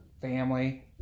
family